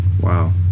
Wow